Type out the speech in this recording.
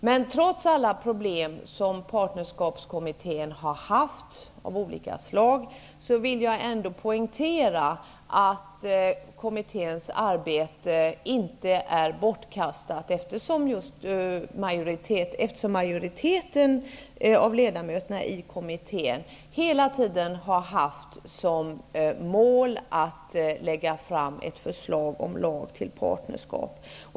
Men trots alla problem som partnerskapskommittén har haft, av olika slag, vill jag ändå poängtera att kommitténs arbete inte är bortkastat, eftersom majoriteten av ledamöterna i kommittén hela tiden har haft som mål att lägga fram ett förslag till lag om partnerskap.